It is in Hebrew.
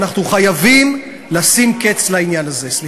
אנחנו חייבים לשים קץ לעניין הזה חַצי ולא חֵצי.